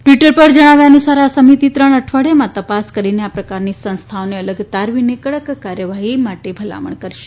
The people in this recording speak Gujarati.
ટ્વીટર પર જણાવ્યા અનુસાર આ સમિતિ ત્રણ અઠવાડીયામાં તપાસ કરીને આ પ્રકારની સંસ્થાઓને અલગ તારવીને કડક કાર્યવાહી માટે ભલામણ કરશે